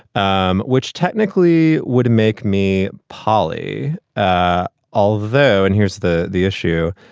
um which technically would make me poly ah although and here's the the issue,